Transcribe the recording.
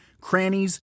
crannies